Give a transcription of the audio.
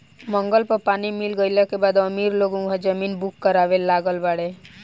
मंगल पर पानी मिल गईला के बाद अमीर लोग उहा जमीन बुक करावे लागल बाड़े